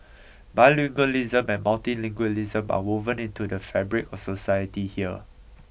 bilingualism and multilingualism are woven into the fabric of society here